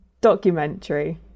Documentary